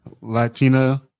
Latina